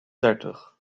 dertig